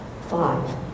Five